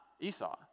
esau